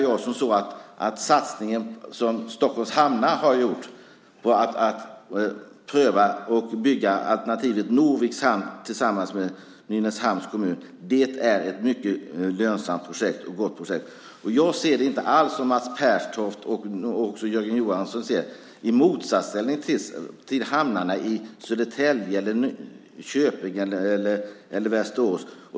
Jag menar att den satsning som Stockholms Hamnar har gjort på alternativet att bygga Norviks hamn tillsammans med Nynäshamns kommun är ett mycket lönsamt och gott projekt. Jag ser Norviks hamn inte alls som Mats Pertoft och Jörgen Johansson, som något som står i motsatsställning till hamnarna i Södertälje, Köping eller Västerås.